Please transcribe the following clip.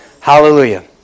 Hallelujah